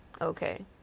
okay